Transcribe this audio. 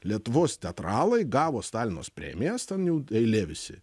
lietuvos teatralai gavo stalinos premijas ten jau eilė visi